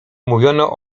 mówiono